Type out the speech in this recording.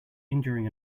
injuring